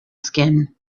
skin